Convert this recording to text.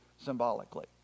symbolically